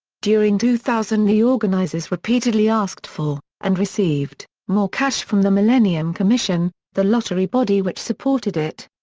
during two thousand the organisers repeatedly asked for, and received, more cash from the millennium commission, the lottery body which supported it.